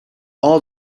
all